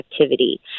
activity